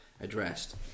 addressed